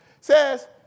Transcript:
says